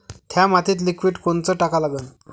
थ्या मातीत लिक्विड कोनचं टाका लागन?